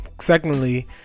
secondly